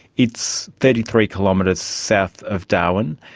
it's thirty three kilometres south of darwin.